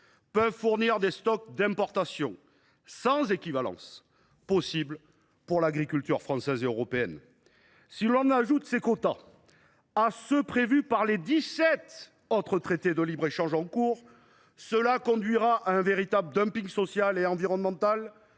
peuvent fournir des stocks d’importation sans équivalence possible pour l’agriculture française et européenne. Si l’on ajoute ces quotas à ceux qui sont prévus par les dix sept autres traités de libre échange en cours, on fera face à un véritable social et environnemental